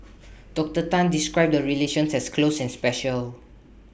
Doctor Tan described the relations has close and special